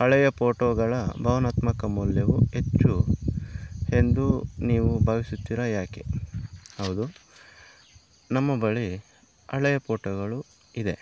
ಹಳೆಯ ಪೋಟೊಗಳ ಭಾವನಾತ್ಮಕ ಮೌಲ್ಯವು ಹೆಚ್ಚು ಎಂದು ನೀವು ಭಾವಿಸುತ್ತೀರಾ ಯಾಕೆ ಹೌದು ನಮ್ಮ ಬಳಿ ಹಳೆಯ ಪೋಟೊಗಳು ಇದೆ